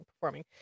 performing